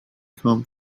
come